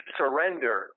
surrender